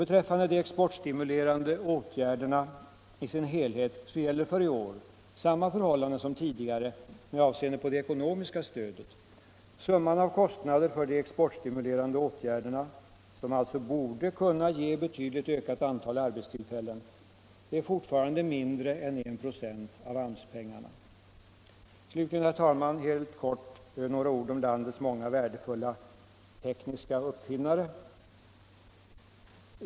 Beträffande de exportstimulerande åtgärderna i sin helhet gäller för i år samma förhållande som tidigare med avseende på det ekonomiska stödet. Summan av kostnaderna för de exportstimulerande åtgärderna - som alltså borde kunna ge betydligt ökat antal arbetstillfällen — är fortfarande mindre än 1 96 av AMS-pengarna. Slutligen, herr talman, några ord i all korthet om landets många värdefulla tekniska uppfinnare.